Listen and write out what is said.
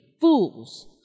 fools